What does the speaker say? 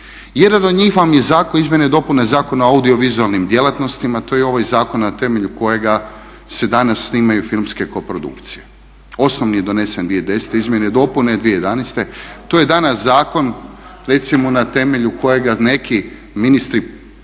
Jedan od njih vam je Izmjene i dopune Zakona o audiovizualnim djelatnostima. To je ovaj zakon na temelju kojega se danas snimaju filmske koprodukcije. Osnovni je donesen 2010., izmjene i dopune 2011. To je danas zakon recimo na temelju kojega neki ministri